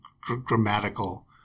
grammatical